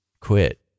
quit